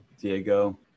Diego